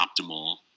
optimal